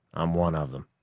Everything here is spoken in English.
i'm one of them.